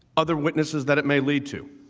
other witnesses that it may lead to